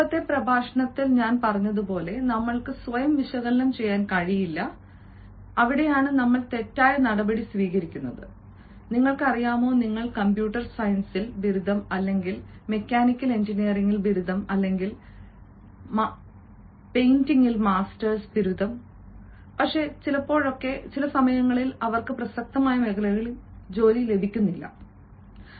മുമ്പത്തെ പ്രഭാഷണത്തിൽ ഞാൻ പറഞ്ഞതുപോലെ നമ്മൾക്ക് സ്വയം വിശകലനം ചെയ്യാൻ കഴിയില്ല അവിടെയാണ് നമ്മൾ തെറ്റായ നടപടി സ്വീകരിക്കുന്നത് നിങ്ങൾക്കറിയാമോ നിങ്ങൾക്ക് കമ്പ്യൂട്ടർ സയൻസിൽ ബിരുദം അല്ലെങ്കിൽ ആരെങ്കിലും മെക്കാനിക്കൽ എഞ്ചിനീയറിംഗിൽ ബിരുദം അല്ലെങ്കിൽ ആരെങ്കിലും മാസ്റ്റേഴ്സ് പെയിന്റിംഗ് പക്ഷേ ചില സമയങ്ങളിൽ അവർക്ക് പ്രസക്തമായ മേഖലകളിൽ ജോലി ലഭിക്കാത്തതിനാൽ